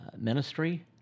ministry